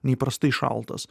neįprastai šaltos